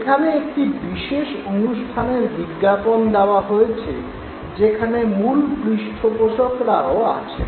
এখানে একটি বিশেষ অনুষ্ঠানের বিজ্ঞাপন দেওয়া হয়েছে যেখানে মূল পৃষ্ঠপোষকরাও আছেন